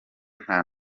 nta